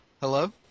Hello